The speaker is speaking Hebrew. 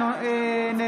מצביע?